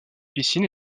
piscine